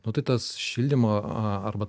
nu tai tas šildymo a arba